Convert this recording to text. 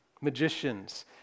magicians